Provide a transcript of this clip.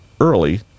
early